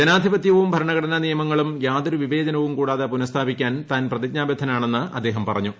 ജനാധിപത്യവും ഭരണഘടനാ നിയമങ്ങളും യാതൊരു വിവേചനവും കൂടാതെ പുനസ്ഥാപിക്കാൻ താൻ പ്രതിജ്ഞാബദ്ധനാണെന്ന് അദ്ദേഹം പറഞ്ഞു